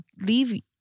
leave